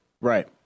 Right